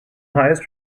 highest